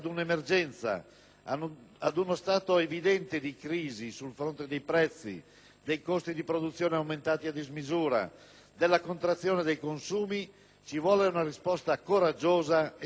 ad uno stato evidente di emergenza, di crisi sul fronte dei prezzi, dei costi di produzione aumentati a dismisura, della contrazione dei consumi ci vuole una risposta coraggiosa e straordinaria.